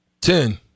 Ten